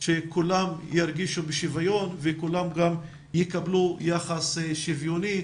שכולם ירגישו בשוויון וכולם גם יקבלו יחס שוויוני,